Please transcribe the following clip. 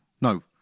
No